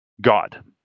God